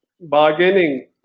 bargaining